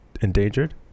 endangered